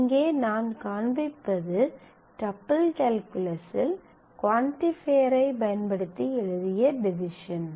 இங்கே நான் காண்பிப்பது டப்பிள் கால்குலஸில் குவான்டிபையர் ஐ பயன்படுத்தி எழுதிய டிவிஷன்